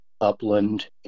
upland